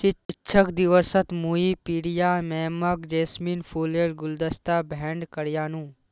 शिक्षक दिवसत मुई प्रिया मैमक जैस्मिन फूलेर गुलदस्ता भेंट करयानू